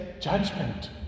judgment